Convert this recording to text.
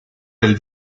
del